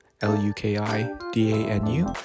L-U-K-I-D-A-N-U